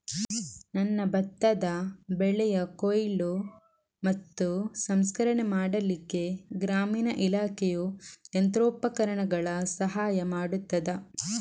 ನನ್ನ ಭತ್ತದ ಬೆಳೆಯ ಕೊಯ್ಲು ಮತ್ತು ಸಂಸ್ಕರಣೆ ಮಾಡಲಿಕ್ಕೆ ಗ್ರಾಮೀಣ ಇಲಾಖೆಯು ಯಂತ್ರೋಪಕರಣಗಳ ಸಹಾಯ ಮಾಡುತ್ತದಾ?